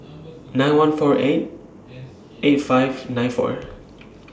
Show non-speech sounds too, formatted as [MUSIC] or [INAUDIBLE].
nine one four eight eight five nine four [NOISE]